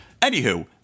Anywho